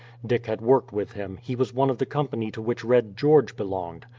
dick had worked with him he was one of the company to which red george belonged.